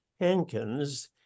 Hankins